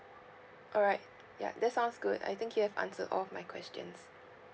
alright ya that sounds good I think you have answered all of my questions